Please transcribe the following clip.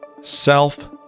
Self